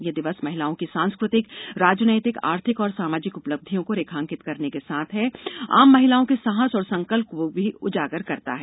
यह दिवस महिलाओं की सांस्कृतिक राजनीतिक आर्थिक और सामाजिक उपलब्धियों को रेखांकित करने के साथ है आम महिलाओं के साहस और संकल्प को भी उजागर करता है